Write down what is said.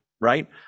right